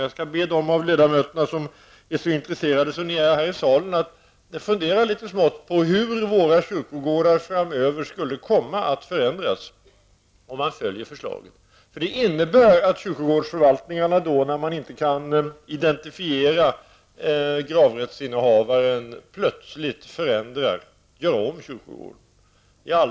Jag skall be dem av ledamöterna som är så intresserade att de är närvarande här i salen att fundera litet på hur våra kyrkogårdar skulle komma att förändras om man följer förslaget. Det innebär nämligen att kyrkogårdsförvaltningarna, när man inte kan identifiera gravrättsinnehavaren, plötsligt förändrar -- gör om -- kyrkogården.